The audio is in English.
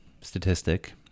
statistic